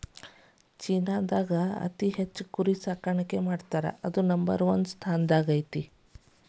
ಚೇನಾದಾಗ ಅತಿ ಹೆಚ್ಚ್ ಕುರಿ ಸಾಕಾಣಿಕೆ ಮಾಡ್ತಾರಾ ಅದು ನಂಬರ್ ಒನ್ ಸ್ಥಾನದಾಗ ಐತಿ